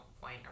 point